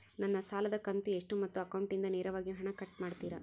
ನನ್ನ ಸಾಲದ ಕಂತು ಎಷ್ಟು ಮತ್ತು ಅಕೌಂಟಿಂದ ನೇರವಾಗಿ ಹಣ ಕಟ್ ಮಾಡ್ತಿರಾ?